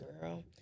girl